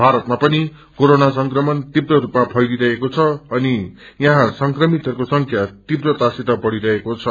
भारतमा पनि कोरोना संक्रमणप तीव्र रूपमा फैलिरहेको दअनि यहाँ संक्रमितहरूको संख्या तीव्रतासित बढ़िरहेको छ